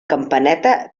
campaneta